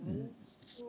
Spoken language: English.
mm